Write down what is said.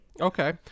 Okay